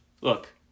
look